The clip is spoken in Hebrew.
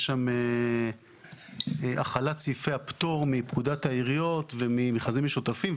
יש שם החלת סעיפים הפטור מפקודת העיריות וממכרזים משותפים.